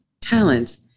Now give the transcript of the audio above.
talents